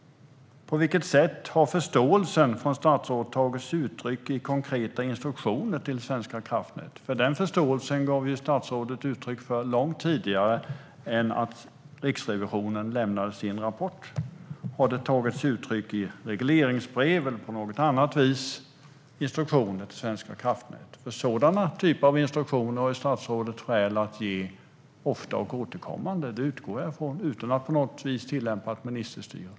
På vilket sätt har förståelsen från statsrådet tagit sig uttryck i konkreta instruktioner till Svenska kraftnät? Den förståelsen gav ju statsrådet uttryck för långt innan Riksrevisionen lämnade sin rapport. Har den tagit sig uttryck i regleringsbrev eller något annat slags instruktioner till Svenska kraftnät? Sådana typer av instruktioner har statsrådet skäl att ge ofta och återkommande utan att på något vis tillämpa ministerstyre.